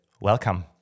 welcome